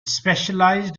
specialised